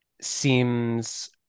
seems